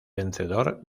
vencedor